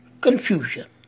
Confusion